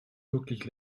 wirklich